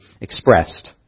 expressed